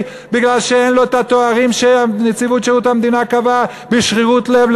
כי אין לו את התארים שנציבות שירות המדינה קבעה בשרירות לב,